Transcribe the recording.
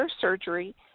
Surgery